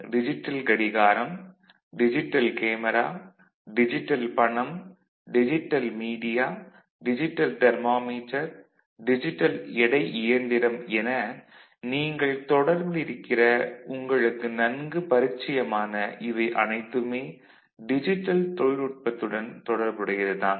digital கடிகாரம் digital camera digital பணம் digital media digital thermometer digital எடை இயந்திரம் என நீங்கள் தொடர்பில் இருக்கிற உங்களுக்கு நன்கு பரிச்சயமான இவை அனைத்துமே டிஜிட்டல் தொழில்நுட்பத்துடன் தொடர்புடையது தான்